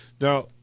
Now